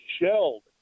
shelled